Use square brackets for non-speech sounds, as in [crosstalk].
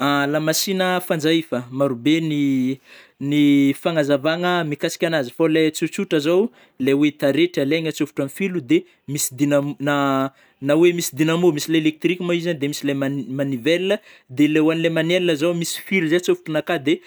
[hesitation] Lamasina fanjaifa, marobe ny [hesitation] ny fagnazavagna mikasika anazy, fô le tsotsotra zô, le oe taretry alaigny atsôfotro am filo de misy dynam- na -na oe misy dynamo misy le elektriky moa io zany de misy lai-mani- manivel a, de le hoanle manuel zao misy filo zay atsofotronao akao de